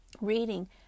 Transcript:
reading